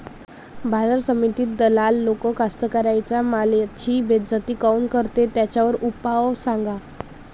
बाजार समितीत दलाल लोक कास्ताकाराच्या मालाची बेइज्जती काऊन करते? त्याच्यावर उपाव सांगा